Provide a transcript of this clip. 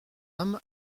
âmes